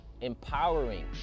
empowering